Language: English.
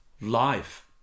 life